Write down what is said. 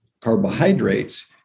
carbohydrates